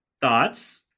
Thoughts